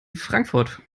frankfurt